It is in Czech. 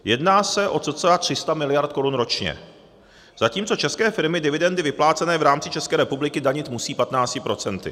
Jedná se o cca 300 miliard korun ročně, zatímco české firmy dividendy vyplácené v rámci České republiky danit musí 15 procenty.